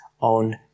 on